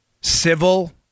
civil